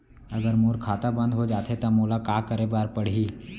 अगर मोर खाता बन्द हो जाथे त मोला का करे बार पड़हि?